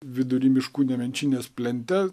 vidury miškų nemenčinės plente